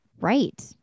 right